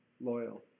loyal